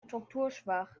strukturschwach